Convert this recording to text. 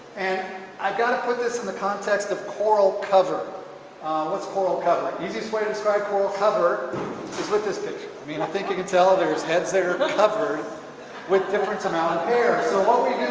and i've got to put this in the context of coral cover what's coral cover? the easiest way to describe coral cover is with this picture i mean i think you can tell there's heads there covered with different amount of hair so what we